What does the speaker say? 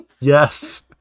yes